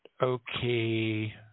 Okay